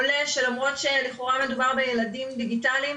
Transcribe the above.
עולה שלמרות שלכאורה מדובר בילדים דיגיטליים,